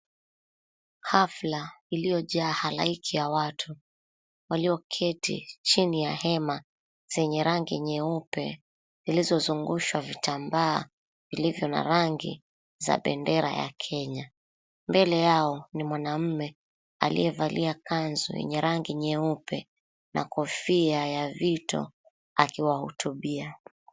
Hafla iliyojaa halaiki ya watu walioketi chini ya hema zenye rangi nyeupe zilizozungushwa vitambaa vilivyona rangi ya bendera ya Kenya. Mbele yao ni mwanaume aliyevalia kanzu yenye rangi nyeupe na kofia ya vito akiwahutubia.